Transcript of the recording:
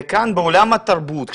וכאן בעולם התרבות,